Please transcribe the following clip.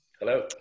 Hello